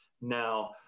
Now